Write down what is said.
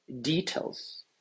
details